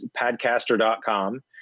padcaster.com